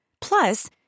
Plus